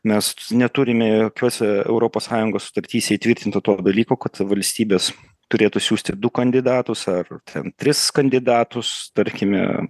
mes neturime jokiose europos sąjungos sutartyse įtvirtinto to dalyko kad valstybės turėtų siųsti du kandidatus ar ten tris kandidatus tarkime